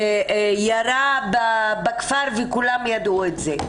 ירה בכפר וכולם ידעו את זה.